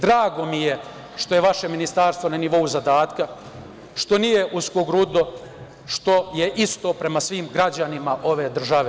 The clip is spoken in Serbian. Drago mi je što je vaše Ministarstvo na nivou zadatka, što nije uskogrudo, što je isto prema svim građanima ove države.